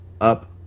Up